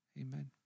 Amen